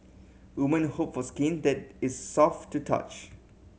women hope for skin that is soft to touch